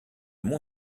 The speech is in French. mon